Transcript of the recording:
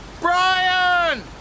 Brian